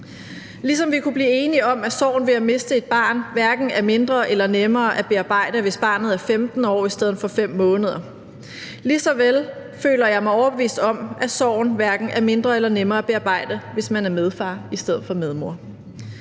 Ligesom vi kunne blive enige om, at sorgen ved at miste et barn hverken er mindre eller nemmere at bearbejde, hvis barnet er 15 år i stedet for 5 måneder, så føler jeg mig overbevist om, at sorgen hverken er mindre eller nemmere at bearbejde, hvis man er medfar i stedet for medmor.